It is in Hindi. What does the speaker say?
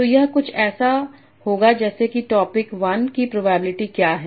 तो यह कुछ ऐसा होगा जैसे कि टॉपिक्1 की प्रोबेबिलिटी क्या है